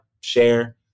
share